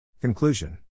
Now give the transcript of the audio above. Conclusion